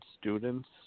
students